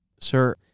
Sir